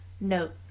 note